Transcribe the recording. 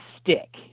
stick